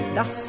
das